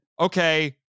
okay